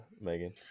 Megan